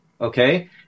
okay